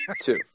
Two